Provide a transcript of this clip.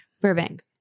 Burbank